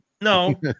No